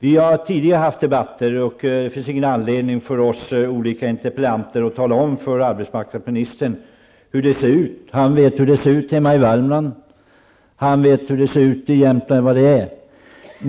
Vi har tidigare haft debatter, och det finns ingen anledning för oss frågeställare att tala om för arbetsmarknadsministern hur det ser ut -- han vet hur det ser ut i Värmland, i Jämtland och på andra håll.